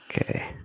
Okay